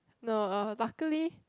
no luckily